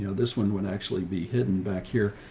you know this one would actually be hidden back here.